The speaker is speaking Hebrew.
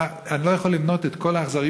אני לא יכול למנות את כל האכזריות,